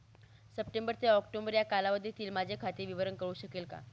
September ते October या कालावधीतील माझे खाते विवरण कळू शकेल का?